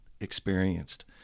experienced